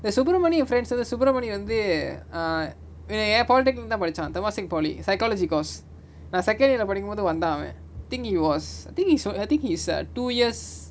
இந்த:intha subramani and friends எதோ:etho subramani வந்து:vanthu err eh political lah இருந்துதா படிச்சான்:irunthutha padichan temasek poly psychology course நா:na second year lah படிக்கும்போது வந்தா அவன்:padikumpothu vanthaa avan think he was think he's think he's two years